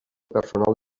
personal